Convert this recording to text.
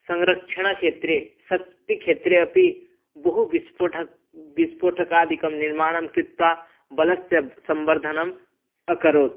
संरक्षणक्षेत्रे शक्तिक्षेत्रे अपि बहु विस्फोटनं विस्फोटकादिकं निर्माणं कृत्वा बलस्य संवर्धनम् अकरोत्